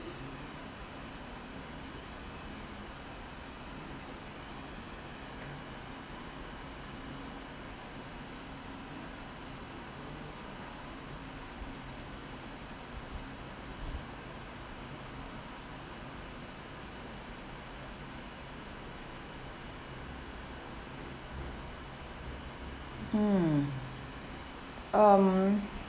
mm um